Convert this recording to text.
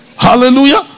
Hallelujah